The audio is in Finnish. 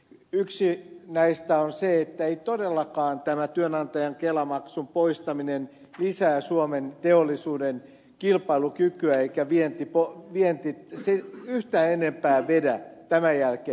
yksi näistä on se että ei todellakaan tämä työnantajan kelamaksun poistaminen lisää suomen teollisuuden kilpailukykyä eikä vienti yhtään enempää vedä tämän jälkeen